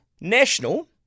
National